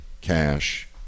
cash